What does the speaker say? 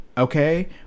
Okay